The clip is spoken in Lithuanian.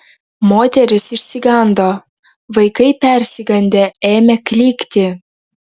moterys išsigando vaikai persigandę ėmė klykti